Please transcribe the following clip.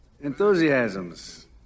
enthusiasms